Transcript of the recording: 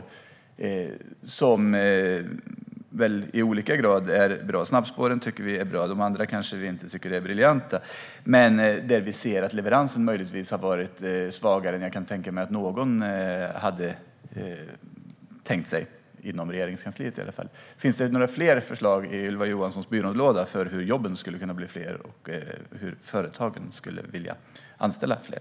Dessa åtgärder är väl bra i olika grad. Snabbspåren tycker vi är bra. De andra kanske vi inte tycker är briljanta, och leveransen har möjligtvis varit svagare än vad någon hade tänkt sig inom Regeringskansliet. Finns det några fler förslag i Ylva Johanssons byrålåda för hur jobben skulle kunna bli fler och för hur företagen skulle vilja anställa fler?